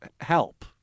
help